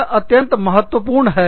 यह अत्यंत महत्वपूर्ण है